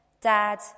Dad